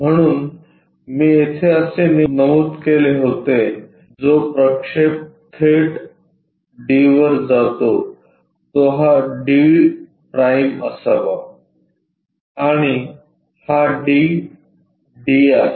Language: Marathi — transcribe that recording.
म्हणून मी येथे असे नमूद केले होते जो प्रक्षेप थेट D वर जातो तो हा D' असावा आणि हा d d आहे